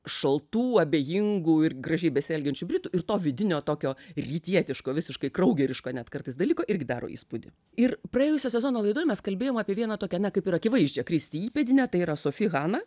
šaltų abejingų ir gražiai besielgiančių britų ir to vidinio tokio rytietiško visiškai kraugeriško net kartais dalyko irgi daro įspūdį ir praėjusio sezono laidoj mes kalbėjom apie vieną tokią kaip ir akivaizdžią kristi įpėdinę tai yra sofi haną